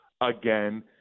again